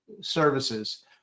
services